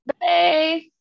Bye